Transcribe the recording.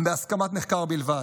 בהסכמת הנחקר בלבד.